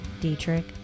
Dietrich